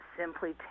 simply